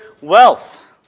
wealth